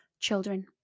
Children